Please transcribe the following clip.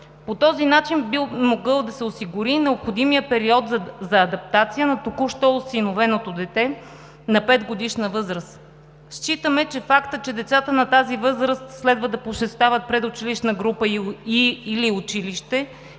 По този начин би могло да се осигури необходимият период за адаптация на току-що осиновеното дете на 5-годишна възраст. Считаме че фактът, че децата на тази възраст следва да посещават предучилищна група или училище